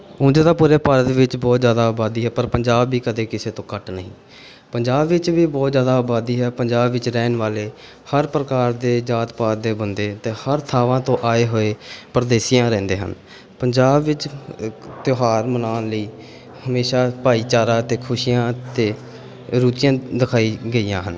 ਉਂਝ ਤਾਂ ਪੂਰੇ ਭਾਰਤ ਵਿੱਚ ਬਹੁਤ ਜ਼ਿਆਦਾ ਆਬਾਦੀ ਹੈ ਪਰ ਪੰਜਾਬ ਵੀ ਕਦੇ ਕਿਸੇ ਤੋਂ ਘੱਟ ਨਹੀਂ ਪੰਜਾਬ ਵਿੱਚ ਵੀ ਬਹੁਤ ਜ਼ਿਆਦਾ ਆਬਾਦੀ ਹੈ ਪੰਜਾਬ ਵਿੱਚ ਰਹਿਣ ਵਾਲੇ ਹਰ ਪ੍ਰਕਾਰ ਦੇ ਜਾਤ ਪਾਤ ਦੇ ਬੰਦੇ ਅਤੇ ਹਰ ਥਾਵਾਂ ਤੋਂ ਆਏ ਹੋਏ ਪਰਦੇਸੀਆਂ ਰਹਿੰਦੇ ਹਨ ਪੰਜਾਬ ਵਿੱਚ ਤਿਉਹਾਰ ਮਨਾਉਣ ਲਈ ਹਮੇਸ਼ਾ ਭਾਈਚਾਰਾ ਅਤੇ ਖੁਸ਼ੀਆਂ ਅਤੇ ਰੁਚੀਆਂ ਦਿਖਾਈ ਗਈਆਂ ਹਨ